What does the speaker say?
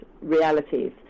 realities